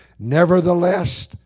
Nevertheless